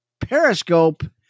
periscope